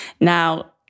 Now